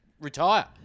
retire